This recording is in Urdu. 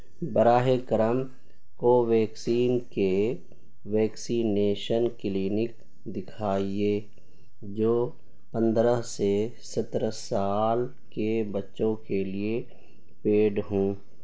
براہ کرم کوویکسین کے ویکسینیشن کلینک دکھائیے جو پندرہ سے سترہ سال کے بچوں کے لیے پیڈ ہوں